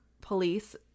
police